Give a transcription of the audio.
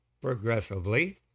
Progressively